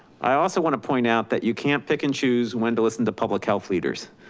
i also want to point out that you can't pick and choose when to listen to public health leaders.